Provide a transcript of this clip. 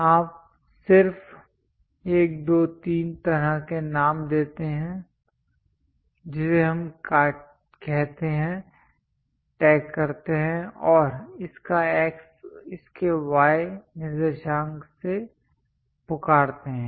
आप सिर्फ 1 2 3 तरह के नाम देते हैं जिसे हम कहते हैं टैग करते हैं और इसका X इसके Y निर्देशांक से पुकारते हैं